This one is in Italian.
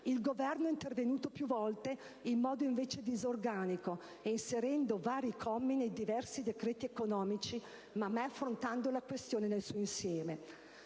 il Governo è intervenuto più volte in modo invece disorganico, inserendo vari commi nei diversi decreti economici ma mai affrontando la questione nel suo insieme.